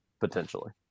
potentially